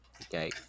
Okay